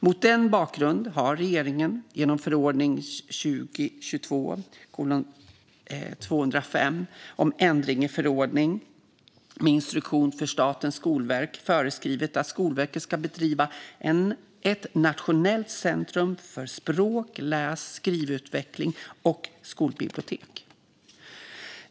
Mot den bakgrunden har regeringen genom förordningen om ändring i förordningen med instruktion för Statens skolverk föreskrivit att Skolverket ska driva ett nationellt centrum för språk, läs och skrivutveckling och skolbibliotek.